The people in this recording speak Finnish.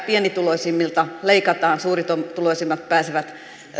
pienituloisimmilta leikataan ja suurituloisimmat pääsevät